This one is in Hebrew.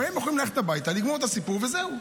היו יכולים ללכת הביתה, לגמור את הסיפור וזהו.